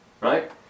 Right